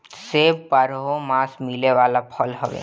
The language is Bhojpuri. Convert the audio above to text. सेब बारहोमास मिले वाला फल हवे